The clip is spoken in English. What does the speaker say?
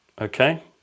okay